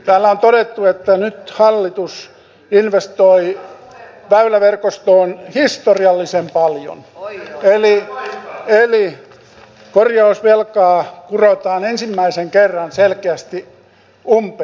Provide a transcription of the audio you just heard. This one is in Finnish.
täällä on todettu että nyt hallitus investoi väyläverkostoon historiallisen paljon eli korjausvelkaa kurotaan ensimmäisen kerran selkeästi umpeen